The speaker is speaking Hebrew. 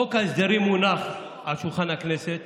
חוק ההסדרים הונח על שולחן הכנסת